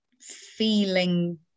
feeling